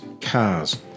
cars